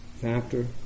factor